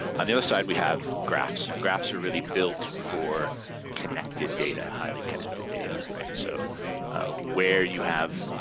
on the other side we have graphs and graphs are really built for connected data, highly connected data, right? so where you have